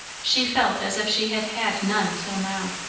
she felt as if she had had none till now.